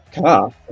car